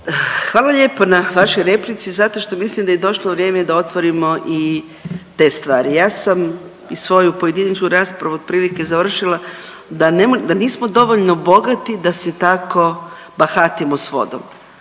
Hvala lijepo na vašoj replici zato što mislim da je došlo vrijeme da otvorimo i te stvari. Ja sam i svoju pojedinačnu raspravu otprilike završila da nismo dovoljno bogati da se tako bahatimo s vodom.